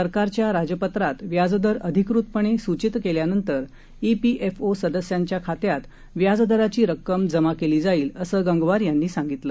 सरकारच्या राजपत्रात व्याजदर अधिकृतपणे सूचित केल्यानंतर ईपीएफओ सदस्यांच्या खात्यात व्याजदराची रक्कम जमा केली जाईल असं गंगवार यांनी सांगितलं